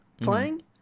playing